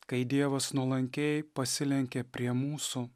kai dievas nuolankiai pasilenkė prie mūsų